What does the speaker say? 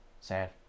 Sad